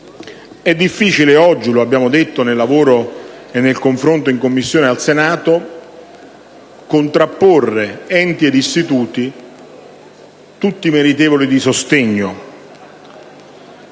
È difficile oggi, come abbiamo detto nel lavoro e nel confronto in Commissione al Senato, contrapporre enti e istituti tutti, meritevoli di sostegno.